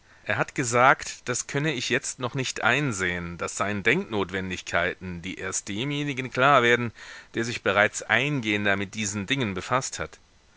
er hat gesagt das könne ich jetzt noch nicht einsehen das seien denknotwendigkeiten die erst demjenigen klar werden der sich bereits eingehender mit diesen dingen befaßt hat